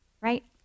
Right